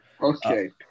Okay